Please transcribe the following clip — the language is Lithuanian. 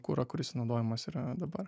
kurą kuris naudojamas yra dabar